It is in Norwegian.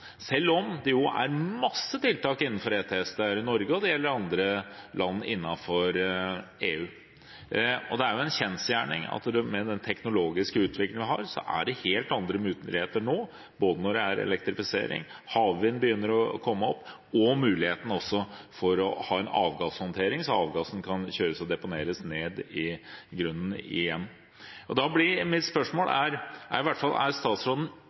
selv om det jo er masse tiltak innenfor ETS. Det gjelder Norge, og det gjelder andre land innenfor EU. Det er jo en kjensgjerning at med den teknologiske utviklingen vi har, er det helt andre muligheter nå, både når det gjelder elektrifisering – havvind begynner å komme opp – og muligheten for å ha en avgasshåndtering, så avgassen kan kjøres ned og deponeres i grunnen igjen. Da blir mitt spørsmål: Er statsråden enig i at det vil være en fordel, at det er